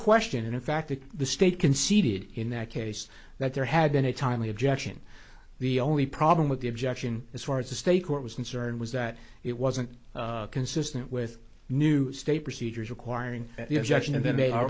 question in fact that the state conceded in that case that there had been a timely objection the only problem with the objection as far as the state court was concerned was that it wasn't consistent with new state procedures requiring the objection and then they are